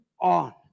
on